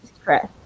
stress